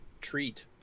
treat